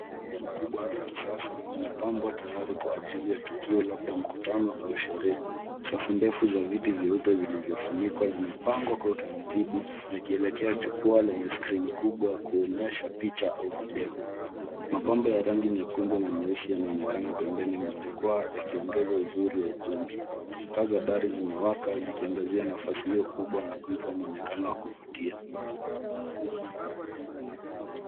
Ukumbi mkubwa wa kisasa, umepambwa tayari kwa ajili ya tukio, mkutano au sherehe. Safu ndefu za viti vilivyofunikwa zimepangwa kwa taratibu, zikielekea jukwaa lenye skrini kubwa ya kuonyesha picha au video. Mapambo ya rangi nyekundu na nyeusi yanaonekana pembeni pamoja na maua ya kuongeza uzuri wa mandhari. Taa za dari zimewashwa, zikiangazia nafasi kubwa na kuipa mwonekano wa kuvutia.